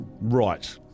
Right